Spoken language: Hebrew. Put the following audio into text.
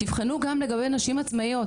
תבחנו גם לגבי נשים עצמאיות.